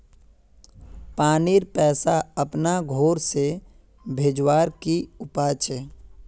पानीर पैसा अपना घोर से भेजवार की उपाय छे?